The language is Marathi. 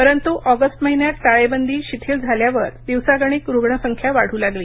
परंतु आँगस्ट महिन्यात टाळेबंदी शिथिल झाल्यावर दिवसागणिक रूग्ण संख्या वाढू लागली